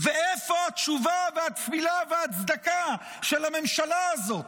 ואיפה התשובה והתפילה והצדקה של הממשלה הזאת,